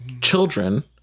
children